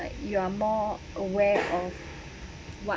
you are more aware of what